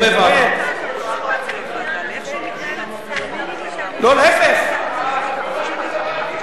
כל שבוע אתה נדהם כאילו פעם בשבוע מפילים עליך